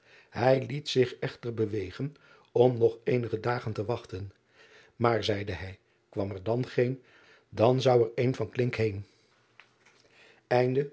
ij liet zich echter bewegen om nog eenige dagen te wachten maar zeide hij kwam er dan geen dan zou er een van klink heen